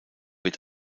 wird